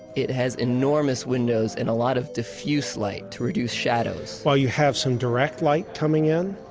it has enormous windows and a lot of diffused light to reduce shadows. while you have some direct light coming in,